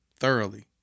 Thoroughly